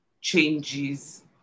changes